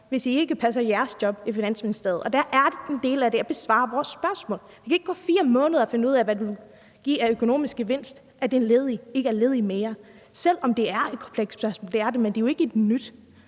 hvis I ikke passer jeres job i Finansministeriet, og en del af det er at besvare vores spørgsmål. Det kan ikke tage 4 måneder at finde ud af, hvad det vil give af økonomisk gevinst, at en ledig ikke er ledig mere, selv om det er et kompleks spørgsmål, for det er det, men det er jo ikke et nyt.